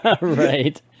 Right